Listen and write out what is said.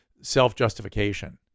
self-justification